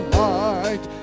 light